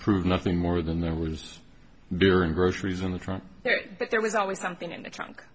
proves nothing more than there was there in groceries in the trunk that there was always something in the trunk